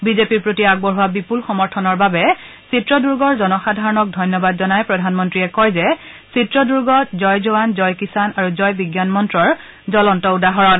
বিজেপিৰ প্ৰতি আগবঢ়োৱা বিপুল সমৰ্থনৰ বাবে চিত্ৰদূৰ্গৰ জনসাধাৰণক ধন্যবাদ জনাই প্ৰধানমন্ত্ৰীয়ে কয় যে চিত্ৰদূৰ্গ জয় জোৱান জয় কিষাণ আৰু জয় বিজ্ঞান মন্ত্ৰৰ জলন্ত উদাহৰণ